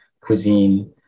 cuisine